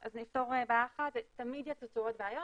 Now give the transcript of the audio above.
זה יפתור בעיה אחת אבל תמיד יצוצו עוד בעיה,